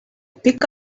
peak